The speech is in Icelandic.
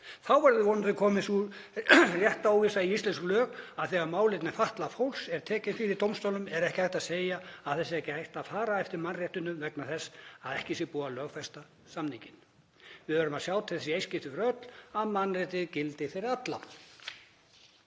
Þá verður vonandi komin sú réttarvissa í íslensk lög að þegar málefni fatlaðs fólks eru tekin fyrir dómstólum er ekki hægt að segja að það sé ekki hægt að fara eftir mannréttindum vegna þess að ekki sé búið að lögfesta þennan samning. Við verðum að sjá til þess í eitt skipti fyrir öll að mannréttindi gildi fyrir alla.“